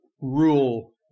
rule